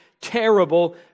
terrible